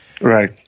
right